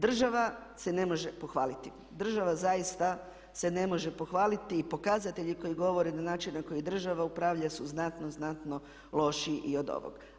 Država se ne može pohvaliti, država zaista se ne može pohvaliti i pokazatelji koji govore da način na koji država upravlja su znatno lošiji i od ovoga.